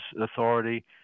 authority